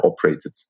operated